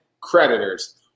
creditors